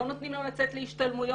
לא נותנים לו לצאת להשתלמויות,